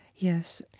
yes.